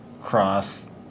cross